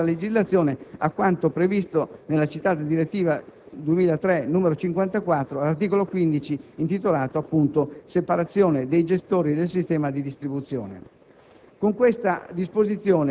La disposizione allinea la nostra legislazione a quanto previsto nella citata direttiva 2003/54, all'articolo 15, intitolato «Separazione dei gestori del sistema di distribuzione».